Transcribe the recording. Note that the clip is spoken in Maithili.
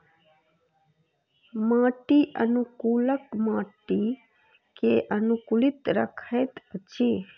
माटि अनुकूलक माटि के अनुकूलित रखैत अछि